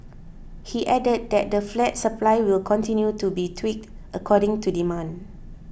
he added that the flat supply will continue to be tweaked according to demand